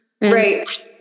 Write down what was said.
right